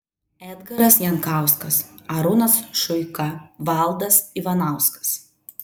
edgaras jankauskas arūnas šuika valdas ivanauskas